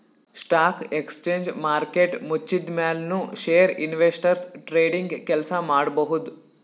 stock exchange market ಮುಚ್ಚಿದ್ಮ್ಯಾಲ್ ನು share investors trading ಕೆಲ್ಸ ಮಾಡಬಹುದ್